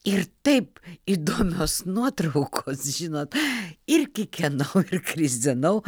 ir taip įdomios nuotraukos žinot ir kikenau ir krizenau